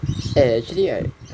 eh actually right